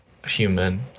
human